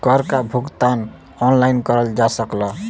कर क भुगतान ऑनलाइन करल जा सकला